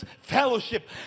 fellowship